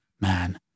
man